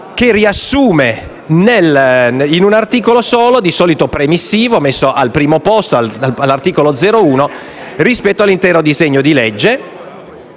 provvedimento in un articolo solo, di solito premissivo, collocato al primo posto, all'articolo 01, rispetto all'intero disegno di legge;